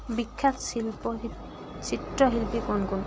বিখ্যাত শিল্প চিত্ৰশিল্পী কোন কোন